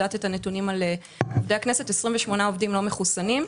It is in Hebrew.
הם לא מחוסנים.